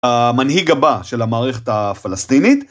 המנהיג הבא של המערכת הפלסטינית.